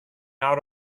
out